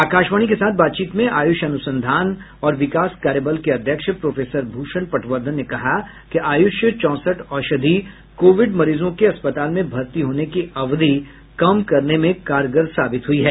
आकाशवाणी के साथ बातचीत में आयुष अनुसंधान और विकास कार्यबल के अध्यक्ष प्रोफेसर भूषण पटवर्धन ने कहा कि आयुष चौसठ औषधि कोविड मरीजों के अस्पताल में भर्ती होने की अवधि कम करने में कारगर साबित हुई है